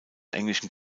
englischen